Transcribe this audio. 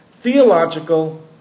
theological